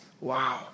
Wow